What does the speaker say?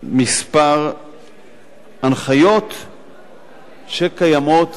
כמה הנחיות שקיימות